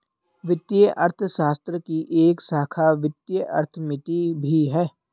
वित्तीय अर्थशास्त्र की एक शाखा वित्तीय अर्थमिति भी है